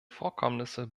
vorkommnisse